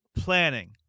planning